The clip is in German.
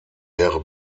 wäre